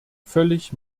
völlig